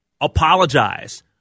apologize